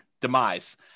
demise